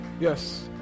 Yes